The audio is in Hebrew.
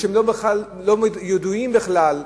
שהם לא ידועים בכלל לרווחה.